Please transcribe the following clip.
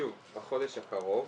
שוב, בחודש הקרוב